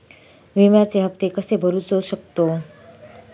विम्याचे हप्ते कसे भरूचो शकतो?